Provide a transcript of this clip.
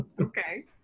Okay